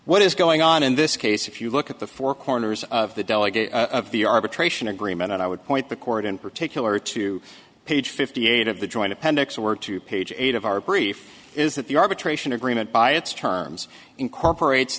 what is going on in this case if you look at the four corners of the delegate of the arbitration agreement and i would point the court in particular to page fifty eight of the joint appendix were two page eight of our brief is that the arbitration agreement by its terms incorporates